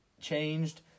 changed